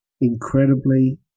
incredibly